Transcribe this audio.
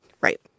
Right